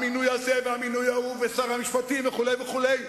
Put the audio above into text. המינוי הזה, המינוי ההוא, שר המשפטים וכו' וכו'.